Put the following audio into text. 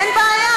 אין בעיה.